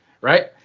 right